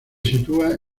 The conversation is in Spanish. sitúa